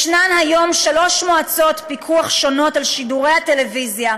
יש היום שלוש מועצות פיקוח שונות על שידורי הטלוויזיה: